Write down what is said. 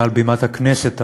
מעל בימת הכנסת,